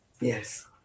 Yes